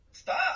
Stop